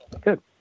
Good